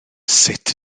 sut